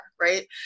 right